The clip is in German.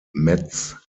metz